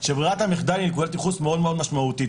שברירת המחדל היא נקודת ייחוס מאוד מאוד משמעותית,